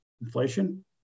inflation